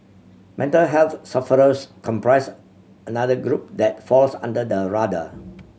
mental health sufferers comprise another group that falls under the radar